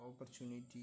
opportunity